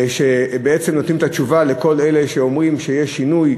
שבעצם נותנים את התשובה לכל אלה שאומרים שיהיה שינוי,